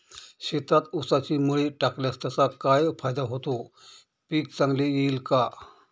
शेतात ऊसाची मळी टाकल्यास त्याचा काय फायदा होतो, पीक चांगले येईल का?